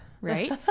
right